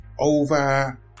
over